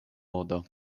modo